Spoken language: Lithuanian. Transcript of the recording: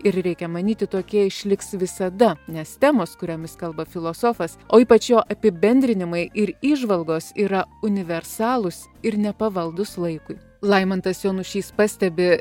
ir reikia manyti tokie išliks visada nes temos kuriomis kalba filosofas o ypač jo apibendrinimai ir įžvalgos yra universalūs ir nepavaldūs laikui laimantas jonušys pastebi